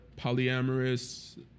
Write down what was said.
polyamorous